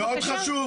בבקשה,